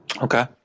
Okay